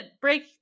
break